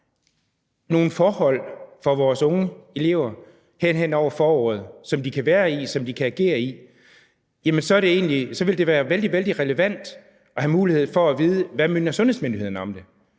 nogle forhold for vores unge elever hen over foråret, som de kan være i, og som de kan agere i, vil det være vældig relevant at have mulighed for at vide, hvad sundhedsmyndighederne mener